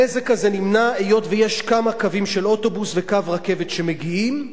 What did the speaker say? הנזק הזה נמנע היות שיש כמה קווים של אוטובוס וקו רכבת שמגיעים,